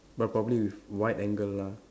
but probably with wide angle lah